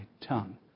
tongue